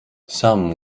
some